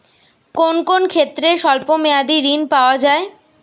কোন কোন ক্ষেত্রে স্বল্প মেয়াদি ঋণ পাওয়া যায়?